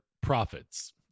profits